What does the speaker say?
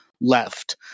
left